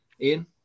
Ian